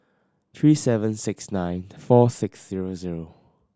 three seven six nine four six zero zero